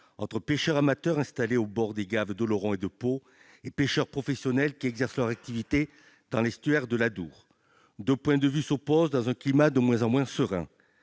entre pêcheurs amateurs installés sur les bords des gaves d'Oloron et de Pau et pêcheurs professionnels qui exercent leur activité dans l'estuaire de l'Adour. Deux points de vue s'opposent dans un climat de moins en moins serein.